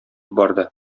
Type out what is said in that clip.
барды